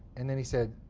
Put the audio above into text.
and then he said,